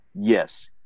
yes